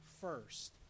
first